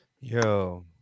Yo